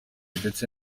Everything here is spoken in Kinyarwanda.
ndetse